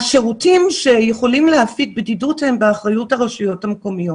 השירותים שיכולים להפיג בדידות הם באחריות הרשויות המקומיות